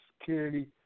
security